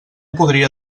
podria